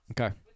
Okay